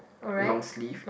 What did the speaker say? long sleeve